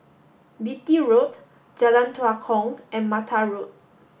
Beatty Road Jalan Tua Kong and Mattar Road